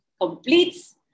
completes